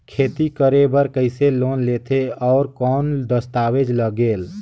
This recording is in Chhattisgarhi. खेती करे बर कइसे लोन लेथे और कौन दस्तावेज लगेल?